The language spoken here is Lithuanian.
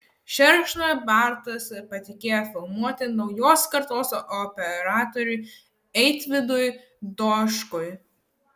šerkšną bartas patikėjo filmuoti naujos kartos operatoriui eitvydui doškui